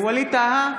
ווליד טאהא,